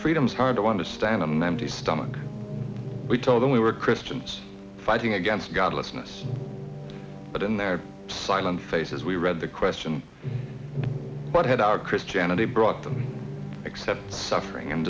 freedom's hard to understand i'm empty stomach we told them we were christians fighting against godlessness but in their silent faces we read the question what had our christianity brought them except suffering and